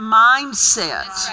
mindset